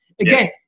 Again